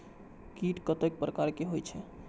कीट कतेक प्रकार के होई छै?